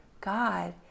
god